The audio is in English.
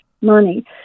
money